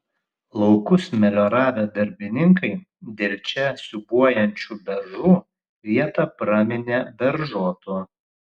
laukus melioravę darbininkai dėl čia siūbuojančių beržų vietą praminė beržotu